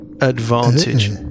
advantage